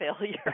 failure